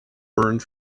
burned